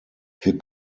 wir